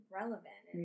relevant